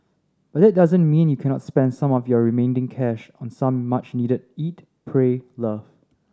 but that doesn't mean you cannot spend some of your remaining cash on some much needed eat pray love